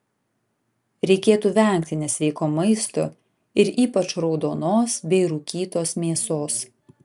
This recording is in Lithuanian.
reikėtų vengti nesveiko maisto ir ypač raudonos bei rūkytos mėsos